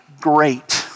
great